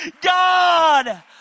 God